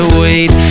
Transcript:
wait